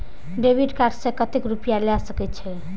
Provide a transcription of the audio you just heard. Debit card से कतेक रूपया ले सके छै?